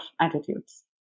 attitudes